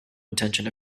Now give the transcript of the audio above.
intention